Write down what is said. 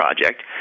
project